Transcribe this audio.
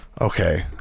Okay